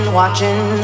watching